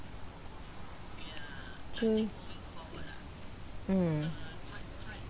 true mm